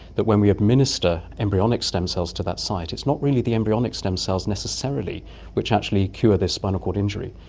that when we administer embryonic stem cells to that site it's not really the embryonic stem cells necessarily which actually cure this spinal cord injury,